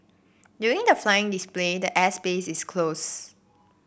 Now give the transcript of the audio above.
during the flying display the air space is closed